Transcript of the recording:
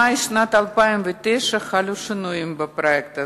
במאי שנת 2009 חלו שינויים בפרויקט הזה,